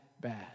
bad